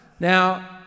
Now